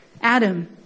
Adam